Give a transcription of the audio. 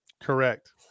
Correct